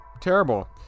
Terrible